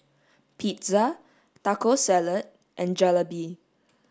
pizza taco salad and Jalebi